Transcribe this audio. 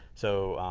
so,